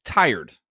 tired